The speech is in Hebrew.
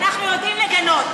אנחנו יודעים לגנות.